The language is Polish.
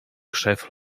krzew